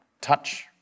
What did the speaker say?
touch